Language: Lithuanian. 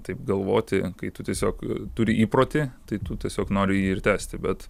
taip galvoti kai tu tiesiog turi įprotį tai tu tiesiog nori jį ir tęsti bet